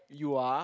you are